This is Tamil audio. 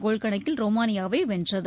கோல் கணக்கில் ரோமானியாவை வென்றது